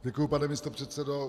Děkuji, pane místopředsedo.